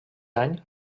any